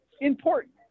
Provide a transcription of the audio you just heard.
important